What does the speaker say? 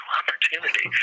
opportunity